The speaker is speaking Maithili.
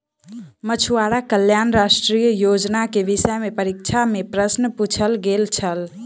मछुआरा कल्याण राष्ट्रीय योजना के विषय में परीक्षा में प्रश्न पुछल गेल छल